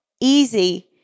easy